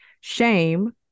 Shame